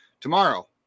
tomorrow